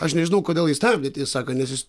aš nežinau kodėl jį stabdė tiesą sakant nes jis